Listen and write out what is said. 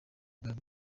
bwawe